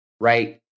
right